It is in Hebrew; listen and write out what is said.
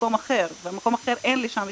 מקום אחר ובמקום אחר אין לי את השירות.